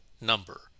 number